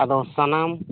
ᱟᱫᱚ ᱥᱟᱱᱟᱢ